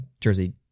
jersey